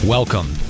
Welcome